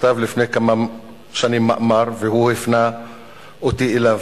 שכתב לפני כמה שנים מאמר והפנה אותי אליו,